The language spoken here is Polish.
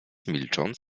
milcząc